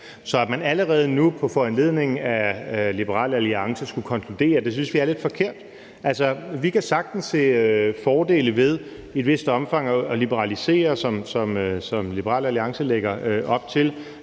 Så at man allerede nu på foranledning af Liberal Alliance skulle konkludere noget synes vi er lidt forkert. Vi kan sagtens se fordele ved i et vist omfang at liberalisere, som Liberal Alliance lægger op til,